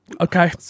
Okay